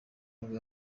nibwo